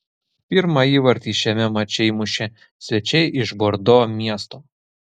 pirmą įvartį šiame mače įmušė svečiai iš bordo miesto